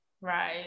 Right